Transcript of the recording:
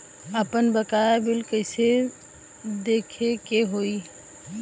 आपन बकाया बिल कइसे देखे के हौ?